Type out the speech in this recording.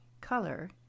color